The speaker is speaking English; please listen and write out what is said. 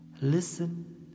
Listen